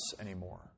anymore